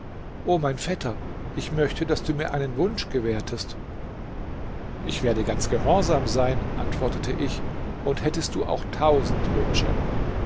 o mein vetter ich möchte daß du mir einen wunsch gewährtest ich werde ganz gehorsam sein antwortete ich und hättest du auch tausend wünsche